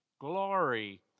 glory